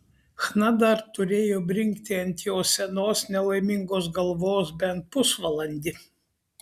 chna dar turėjo brinkti ant jo senos nelaimingos galvos bent pusvalandį